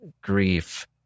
grief